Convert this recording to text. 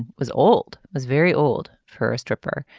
and was old was very old for a stripper.